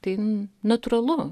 tai natūralu